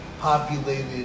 populated